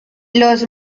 los